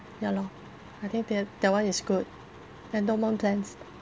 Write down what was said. ya lor I think that that one is good endowment plans